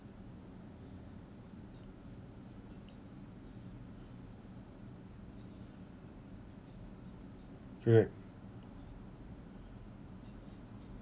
correct